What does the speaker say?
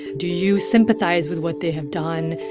do you sympathize with what they have done?